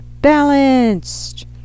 balanced